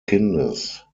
kindes